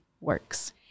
works